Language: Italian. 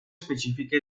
specifiche